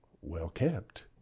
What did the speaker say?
well-kept